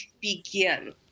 begin